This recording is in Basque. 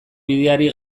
bideari